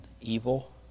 evil